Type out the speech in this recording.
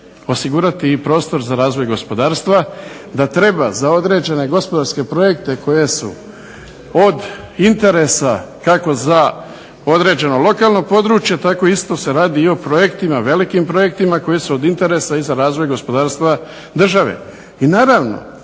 osigurati i prostor za razvoj gospodarstva, da treba za određene gospodarske projekte koji su od interesa kako za određeno lokalno područje, tako se isto se radi o velikim projektima koji su od interesa i za razvoj gospodarstva države. I naravno